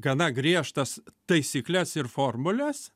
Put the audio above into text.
gana griežtas taisykles ir formules